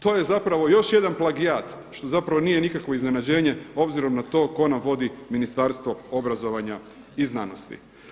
To je zapravo još jedan plagijat što zapravo nije nikakvo iznenađenje obzirom na to tko nam vodi Ministarstvo obrazovanja i znanosti.